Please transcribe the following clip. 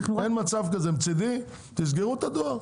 מצדי תסגרו את הדואר.